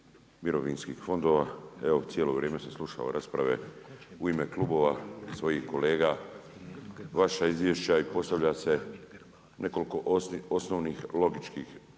mirovinskih fondova, evo cijelo vrijeme sam slušao rasprave u ime klubova, svojih kolega, vaša izvješća i postavlja se nekoliko osnovnih logičkih